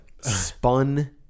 spun